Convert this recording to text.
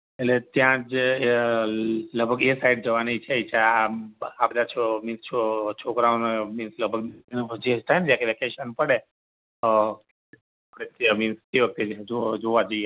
એટલે ત્યાં જ એ એ લગભગ એ સાઈડ જવાની છે ઈચ્છા આમ આ બ આ બધા છ મીન્સ છો છોકરાઓને મિન્સ લગભગ જે થાય ને વેકશન પડે એટલે મિન્સ તે વખતે જો જોવા જઈ આવીએ